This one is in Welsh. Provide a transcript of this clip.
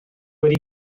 wedi